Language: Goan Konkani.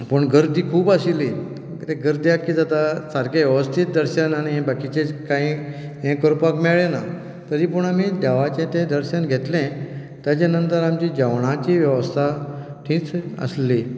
पूण गर्दी खूब आशिल्ली मागीर गर्देंत कितें जाता सारकें वेवस्थीत दर्शन आनी बाकीचें कांय हें करपाक मेळ्ळें ना तरी पूण आमी देवाचें तें दर्शन घेतलें ताचे नंतर आमच्या जेवणाची वेवस्था थंयच आसली